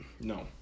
no